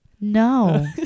No